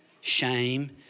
shame